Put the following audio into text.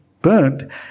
burned